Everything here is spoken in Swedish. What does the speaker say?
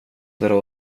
dra